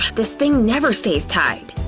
this thing never stays tied!